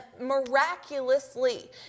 miraculously